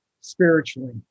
spiritually